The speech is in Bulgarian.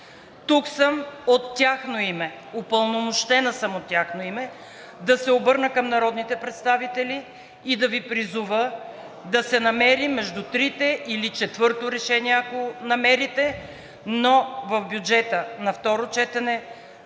Тук съм от тяхно име, упълномощена съм от тяхно име да се обърна към народните представители и да Ви призова да се намери между трите или четвърто решение, ако намерите, но в бюджета на второ четене